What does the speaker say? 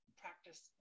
practice